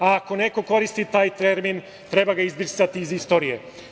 Ako neko koristi taj termin, treba ga izbrisati iz istorije.